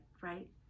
right